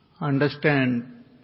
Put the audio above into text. understand